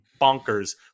bonkers